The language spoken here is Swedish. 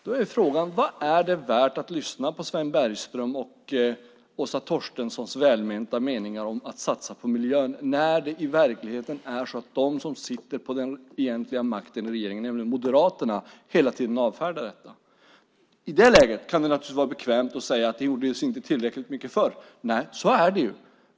Då är frågan: Vad är det värt att lyssna på Sven Bergström och Åsa Torstenssons välmenta meningar om att satsa på miljön när det i verkligheten är så att de som sitter på den egentliga makten i regeringen, nämligen Moderaterna, hela tiden avfärdar detta? I det läget kan det naturligtvis vara bekvämt att säga att det inte gjordes tillräckligt mycket förr. Nej, så är det.